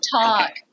talk